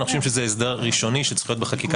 אנחנו חושבים שזה הסדר ראשוני שצריך להיות בחקיקה